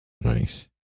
Nice